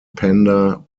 panda